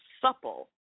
supple